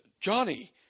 Johnny